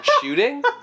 shooting